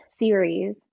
series